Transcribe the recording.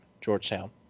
Georgetown